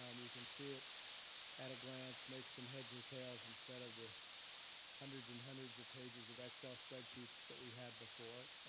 um you can see it at a glance, make some heads or tails instead of the hundreds and hundreds of pages of excel spreadsheets that we had before.